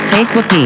Facebook